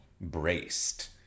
braced